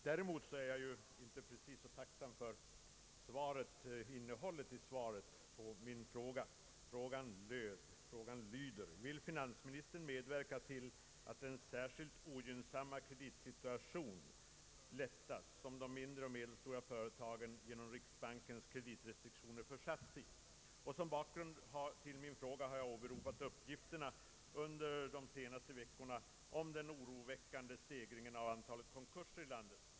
Däremot har jag ingen anledning att uttrycka tacksamhet för innehållet i svaret på min fråga som lyder: Vill finansministern medverka till att den särskilt ogynnsamma =<:kreditsituation lättas som de mindre och medelstora företagen genom riksbankens kreditrestriktioner försatts i? Som bakgrund till min fråga har jag åberopat uppgifterna under de senaste veckorna om den oroväckande stegringen av antalet konkurser i landet.